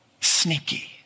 Sneaky